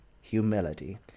humility